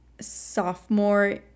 sophomore